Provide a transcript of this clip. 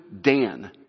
Dan